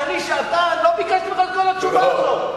כשלא ביקשתי ממך את כל התשובה הזאת.